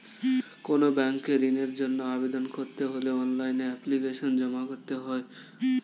কোনো ব্যাংকে ঋণের জন্য আবেদন করতে হলে অনলাইনে এপ্লিকেশন জমা করতে হয়